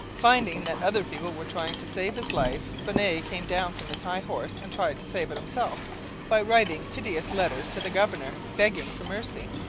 finding that other people were trying to save his life, bonnet came down from his high horse and tried to save it himself by writing piteous letters to the governor, begging for mercy.